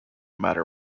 matter